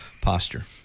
posture